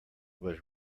was